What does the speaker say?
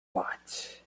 bought